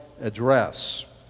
Address